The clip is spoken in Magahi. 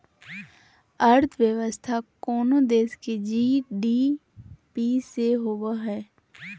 अर्थव्यवस्था कोनो देश के जी.डी.पी से होवो हइ